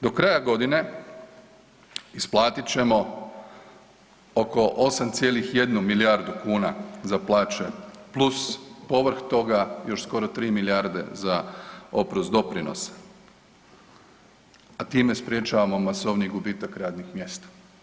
Do kraja godine isplatit ćemo oko 8,1 milijardu kuna za plaće plus povrh toga još skoro 3 milijarde za oprost doprinosa, a time sprječavamo masovniji gubitak radnih mjesta.